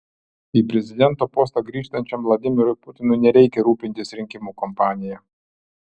į prezidento postą grįžtančiam vladimirui putinui nereikia rūpintis rinkimų kampanija